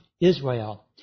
Israel